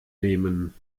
nehmen